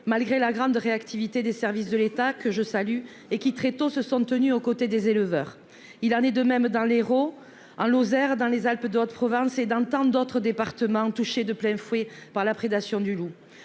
malgré la grande réactivité des services de l'État, que je salue et qui très tôt se sont tenus au côté des éleveurs, il en est de même dans l'Hérault en Lozère, dans les Alpes de Haute-Provence et d'un temps d'autres départements touchés de plein fouet par la prédation du loup